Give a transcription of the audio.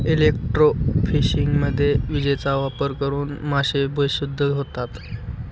इलेक्ट्रोफिशिंगमध्ये विजेचा वापर करून मासे बेशुद्ध होतात